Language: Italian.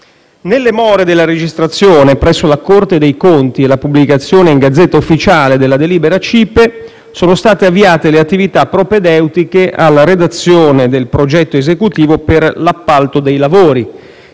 Nelle more della registrazione presso la Corte dei conti e la pubblicazione in *Gazzetta Ufficiale* della delibera CIPE, sono state avviate le attività propedeutiche alla redazione del progetto esecutivo per l'appalto dei lavori,